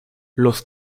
los